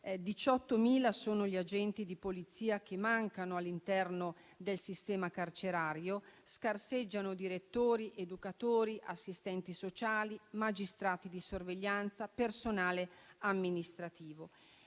18.000 sono gli agenti di polizia che mancano all'interno del sistema carcerario. Scarseggiano direttori, educatori, assistenti sociali, magistrati di sorveglianza, personale amministrativo.